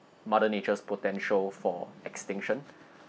mother nature's potential for extinction